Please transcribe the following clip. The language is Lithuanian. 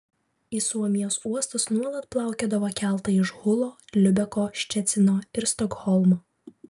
į suomijos uostus nuolat plaukiodavo keltai iš hulo liubeko ščecino ir stokholmo